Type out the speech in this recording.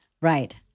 Right